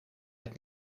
het